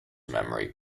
memory